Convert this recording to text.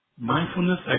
mindfulness